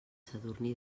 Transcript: sadurní